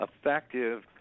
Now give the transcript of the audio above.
effective